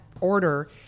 order